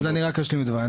אז אני רק אשלים את דבריי.